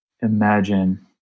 imagine